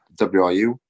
WIU